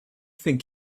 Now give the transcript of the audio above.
think